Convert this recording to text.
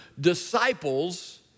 disciples